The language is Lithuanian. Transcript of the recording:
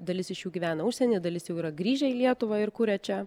dalis iš jų gyvena užsieny dalis jau yra grįžę į lietuvą ir kuria čia